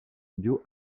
bio